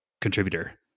contributor